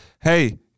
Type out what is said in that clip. Hey